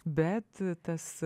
bet tas